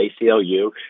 ACLU